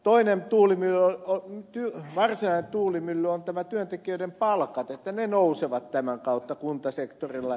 toinen varsinainen tuulimylly on työntekijöiden palkat että ne nousevat tämän kautta kuntasektorilla